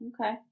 Okay